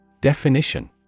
Definition